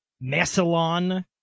Massillon